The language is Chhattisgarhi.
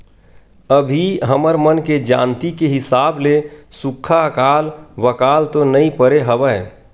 अभी हमर मन के जानती के हिसाब ले सुक्खा अकाल वकाल तो नइ परे हवय